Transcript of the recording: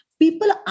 people